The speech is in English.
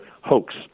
hoax